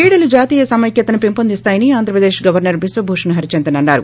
క్రీడలు జాతీయ సమైక్యతను పెంపొందిస్తాయని ఆంధ్రప్రదేశ్ గవర్సర్ విశ్వభూషణ్ హరిచందన్ అన్నారు